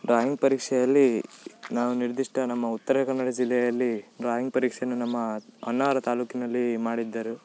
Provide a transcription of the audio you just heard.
drawing ಪರೀಕ್ಷೆಯಲ್ಲಿ ನಾವು ನಿರ್ದಿಷ್ಟ ನಮ್ಮ ಉತ್ತರ ಕನ್ನಡ ಜಿಲ್ಲೆಯಲ್ಲಿ ಡ್ರಾಯಿಂಗ್ ಪರೀಕ್ಷೆಯನ್ನು ನಮ್ಮ ಹೊನ್ನಾವರ ತಾಲ್ಲೂಕಿನಲ್ಲಿ ಮಾಡಿದ್ದರು